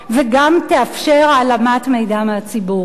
וגם תאפשר העלמת מידע מהציבור.